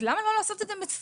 אז למה לא לעשות את זה מסודר,